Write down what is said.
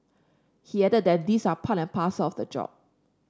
he added that these are part and parcel of the job